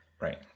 right